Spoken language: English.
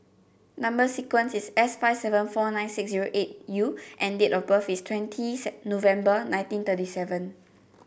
number sequence is S five seven four nine six zero eight U and date of birth is twentieth November nineteen thirty seven